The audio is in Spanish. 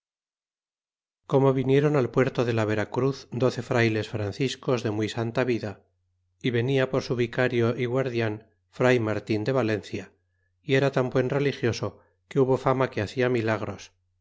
como vinieron al puerto de la vera cruz doce frayles francis cos de muy santa vida y venia por su vicario y guardian fray martin de valencia y era tan buen religioso que hubo fama que hacia milagros